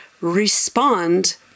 respond